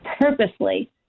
purposely